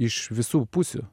iš visų pusių